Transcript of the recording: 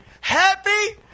happy